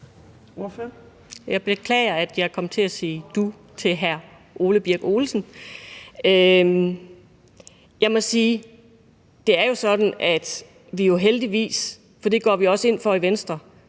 Jeg beklager at jeg kom til at sige du til hr. Ole Birk Olesen. Jeg må sige, at det jo er sådan, at vi heldigvis – for det går vi også ind for i Venstre